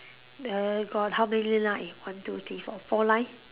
there got how many line one two three four four line